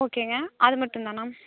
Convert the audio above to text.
ஓகேங்க அது மட்டும் தானா